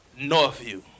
Northview